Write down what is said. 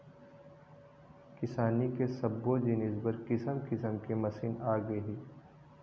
किसानी के सब्बो जिनिस बर किसम किसम के मसीन आगे हे